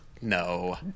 no